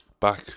Back